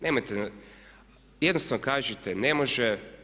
Nemojte, jednostavno kažite, ne može.